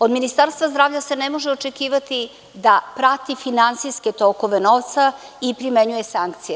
Od Ministarstva zdravlja se ne može očekivati da prati finansijske tokove novca i da primenjuje sankcije.